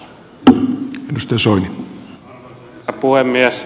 arvoisa herra puhemies